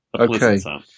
Okay